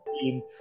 team